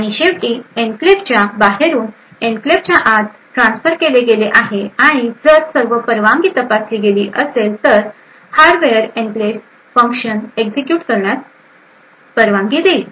आणि शेवटी एन्क्लेव्हच्या बाहेरून एन्क्लेव्हच्या आत ट्रान्सफर केले गेले आहे आणि जर सर्व परवानगी तपासली गेली असेल तर हार्डवेअर एनक्लेव्ह फंक्शन एक्झिक्युट करण्यास परवानगी देईल